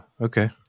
Okay